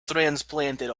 transplanted